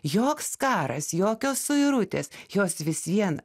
joks karas jokios suirutės jos vis vien